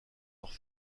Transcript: leurs